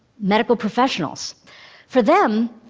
medical professionals for them,